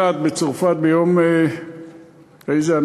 בסנאט בצרפת ביום, באיזה?